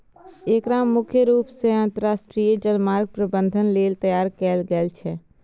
एकरा मुख्य रूप सं अंतरराष्ट्रीय जलमार्ग प्रबंधन लेल तैयार कैल गेल छै